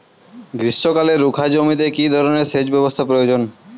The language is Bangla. গ্রীষ্মকালে রুখা জমিতে কি ধরনের সেচ ব্যবস্থা প্রয়োজন?